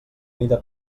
mida